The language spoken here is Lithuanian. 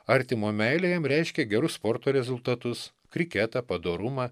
artimo meilė jam reiškė gerus sporto rezultatus kriketą padorumą